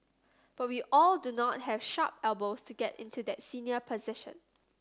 but we all do not have sharp elbows to get into that senior position